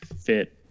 fit